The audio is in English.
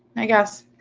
i guess.